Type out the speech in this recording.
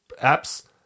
apps